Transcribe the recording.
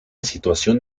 situación